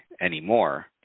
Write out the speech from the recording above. anymore